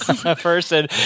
person